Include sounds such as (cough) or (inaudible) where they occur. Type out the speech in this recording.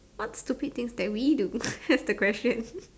what stupid things that we do (laughs) that's the question